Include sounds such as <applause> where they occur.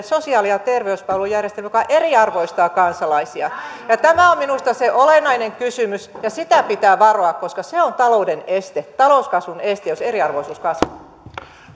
<unintelligible> sosiaali ja terveyspalvelujärjestelmä joka eriarvoistaa kansalaisia tämä on minusta se olennainen kysymys ja sitä pitää varoa koska se on talouskasvun este jos eriarvoisuus kasvaa